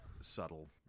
Subtle